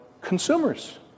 consumers